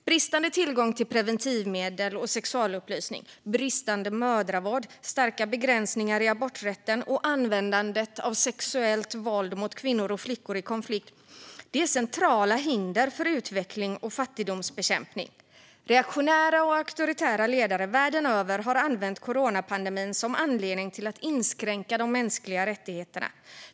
Bristande tillgång till preventivmedel och sexualupplysning, bristande mödravård, starka begränsningar i aborträtten och användandet av sexuellt våld mot kvinnor och flickor i konflikt är centrala hinder för utveckling och fattigdomsbekämpning. Reaktionära och auktoritära ledare världen över har använt coronapandemin som anledning till att inskränka de mänskliga rättigheterna.